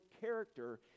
character